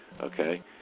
okay